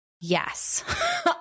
Yes